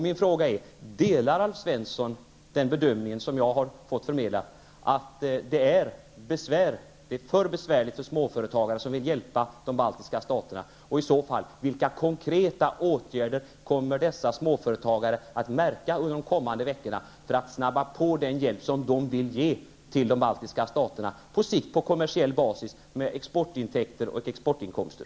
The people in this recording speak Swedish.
Mina frågor är: Delar Alf Svensson den bedömning som jag har fått förmedlad, att det är för besvärligt för småföretagare som vill hjälpa de baltiska staterna? Vilka konkreta åtgärder kommer i så fall dessa småföretagare att märka under de kommande veckorna, för att den hjälp som de vill ge till de baltiska staterna skall påskyndas? På sikt kommer det att ske på kommersiell basis, med exportintäkter.